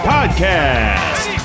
Podcast